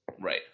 Right